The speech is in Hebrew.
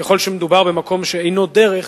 ככל שמדובר במקום שאינו "דרך",